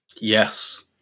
yes